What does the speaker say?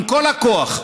עם כל הכוח.